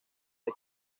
red